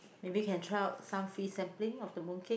maybe can try out some free sampling of the mooncake